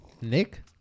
Nick